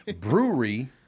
Brewery